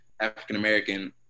african-american